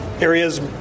areas